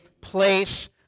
place